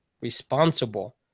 responsible